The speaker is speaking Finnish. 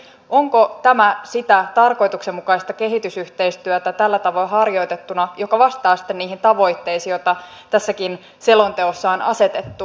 onko tämä tällä tavalla harjoitettuna sitä tarkoituksenmukaista kehitysyhteistyötä joka vastaa sitten niihin tavoitteisiin joita tässäkin selonteossa on asetettu